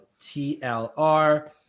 TLR